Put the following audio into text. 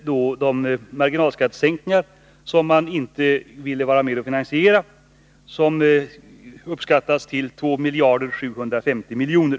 De marginalskattesänkningar som man inte ville vara med och finansiera uppskattades till 2 750 miljoner.